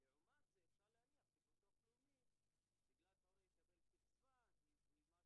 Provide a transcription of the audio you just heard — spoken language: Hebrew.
זה חתירה שלנו להגיע למצב שאנחנו בונים תכנית עבודה,